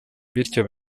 bityo